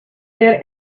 their